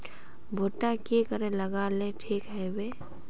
भुट्टा की करे लगा ले ठिक है बय?